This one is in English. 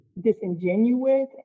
disingenuous